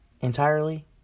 entirely